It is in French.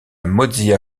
mozilla